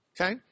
Okay